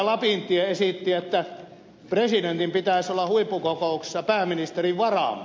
lapintie esitti että presidentin pitäisi olla huippukokouksessa pääministerin varamies